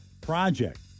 project